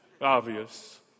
Obvious